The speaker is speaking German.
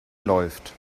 läuft